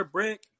Brick